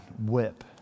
whip